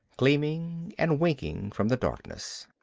gleaming and winking from the darkness.